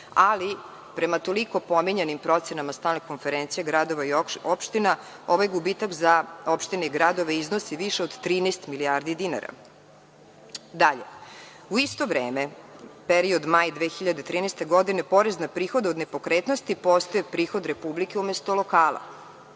Ali, prema toliko pominjanim procenama Stalne konferencije gradova i opština ovaj gubitak za opštine i gradove iznosi više od 13 milijardi dinara. Dalje, u isto vreme period maj 2013. godine porez na prihod od nepokretnosti postaje prihod Republike umesto lokala.